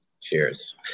Cheers